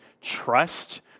trust